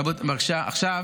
למה